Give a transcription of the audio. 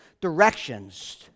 directions